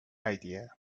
idea